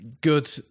good